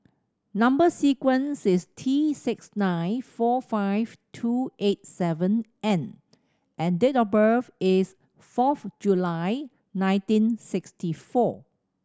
number sequence is T six nine four five two eight seven N and date of birth is fourth July nineteen sixty four